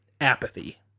apathy